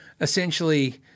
essentially